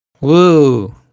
woo